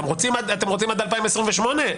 אתם רוצים עד 2028?